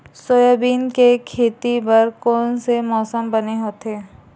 Soybean के खेती बर कोन से मौसम बने होथे?